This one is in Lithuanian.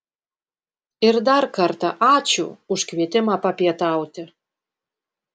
ir dar kartą ačiū už kvietimą papietauti